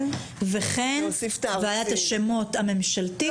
וכן ועדת השמות הממשלתית,